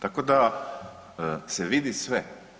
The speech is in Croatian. Tako da se vidi sve.